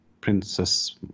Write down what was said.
Princess